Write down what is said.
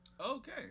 Okay